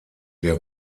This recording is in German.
der